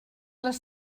les